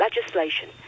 legislation